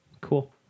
Cool